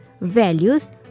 values